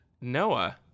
noah